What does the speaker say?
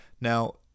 Now